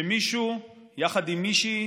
שמישהו יחד עם מישהי